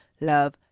love